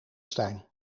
stijn